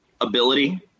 ability